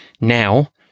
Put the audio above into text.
now